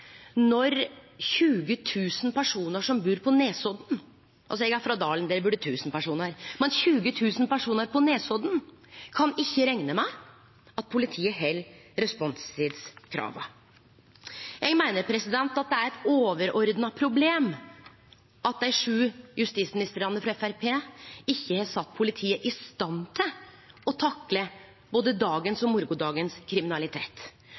når 20 000 personar som bur på Nesodden – eg er frå Dalen, der bur det 1 000 personar – ikkje kan rekne med at politiet held responstidskrava. Eg meiner det er eit overordna problem at dei sju justisministrane frå Framstegspartiet ikkje har sett politiet i stand til å takle både dagens og morgondagens kriminalitet.